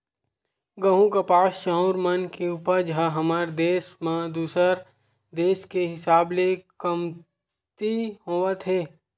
गहूँ, कपास, चाँउर मन के उपज ह हमर देस म दूसर देस के हिसाब ले कमती होवत हे